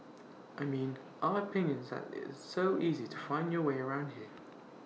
I mean our opinion is that it's so easy to find your way around here